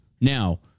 Now